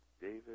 david